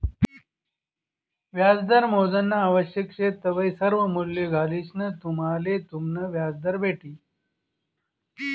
व्याजदर मोजानं आवश्यक शे तवय सर्वा मूल्ये घालिसंन तुम्हले तुमनं व्याजदर भेटी